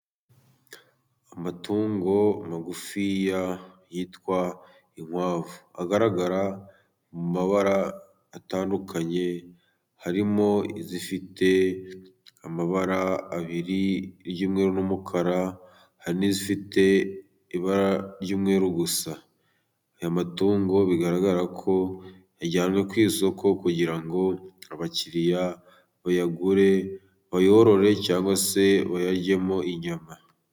Amatungo magufi yitwa inkwavu . Agaragara mu mabara atandukanye, harimo izifite amabara abiri; iry'umweru n'umukara, hari n'izifite ibara ry'umweru gusa .Aya matungo bigaragara ko yajyanywe ku isoko kugira ngo abakiriya bayagure ,bayorore cyangwa se bayaryemo inyama.